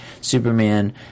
Superman